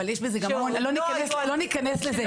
אבל יש בזה גם לא ניכנס לזה.